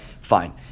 Fine